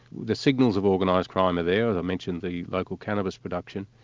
the signals of organised crime are there, as i mentioned, the local cannabis production,